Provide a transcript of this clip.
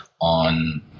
on